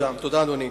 תודה, אדוני.